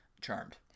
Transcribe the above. Charmed